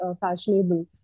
fashionable